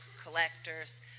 collectors